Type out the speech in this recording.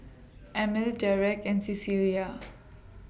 Emil Dereck and Cecilia